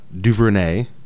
Duvernay